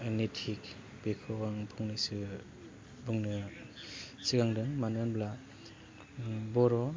निथि बेखौ आं फंनैसो बुंनो सिगांदों मानो होमब्ला बर'